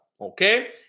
okay